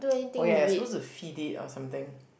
oh ya you suppose to feed it or something